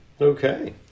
Okay